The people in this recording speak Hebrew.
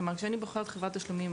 כשאני בוחרת חברת תשלומים,